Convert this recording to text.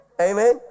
Amen